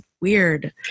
weird